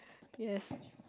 yes